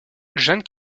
jane